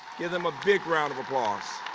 give them a big round of applause.